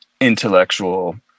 intellectual